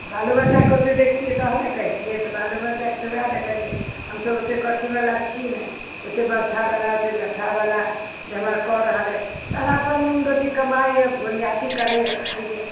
बालो बच्चाके ओते देखतियै तहन ने कहितिए तऽ बालो बच्चाके तऽ वएह देखै छियै हमसभ ओतेक अथीवला छी नइ ओते बस्थावला ओते जथावला जे हमर कऽ रहल अइ तहन अपन नून रोटी कमाइए बोनियाती करैए खाइए